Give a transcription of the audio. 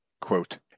quote